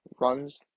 runs